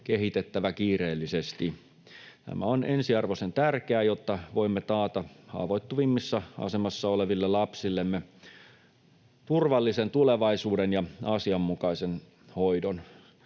kehitettävä kiireellisesti. Tämä on ensiarvoisen tärkeää, jotta voimme taata haavoittuvimmassa asemassa oleville lapsillemme turvallisen tulevaisuuden ja asianmukaisen hoidon.